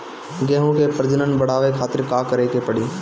गेहूं के प्रजनन बढ़ावे खातिर का करे के पड़ी?